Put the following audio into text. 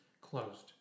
closed